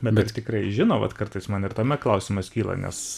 bet ar tikrai žino vat kartais man ir tame klausimas kyla nes